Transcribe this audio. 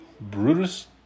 Brutus